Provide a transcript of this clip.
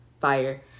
Fire